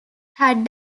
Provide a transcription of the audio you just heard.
had